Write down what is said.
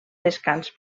descans